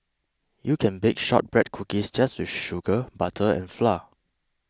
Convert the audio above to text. you can bake Shortbread Cookies just with sugar butter and flour